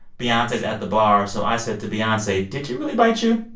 beyonce's at the bar. so i said to beyonce, did she really bite you?